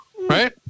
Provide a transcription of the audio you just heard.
Right